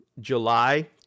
July